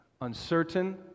uncertain